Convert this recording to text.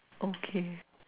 okay